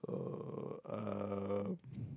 so um